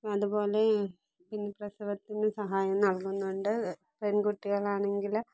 അതുപോലെ ഇന്ന് പ്രസവത്തിനും സഹായം നൽകുന്നുണ്ട് പെൺകുട്ടികളാണെങ്കിൽ